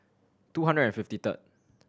two hundred and fifty third